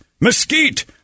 mesquite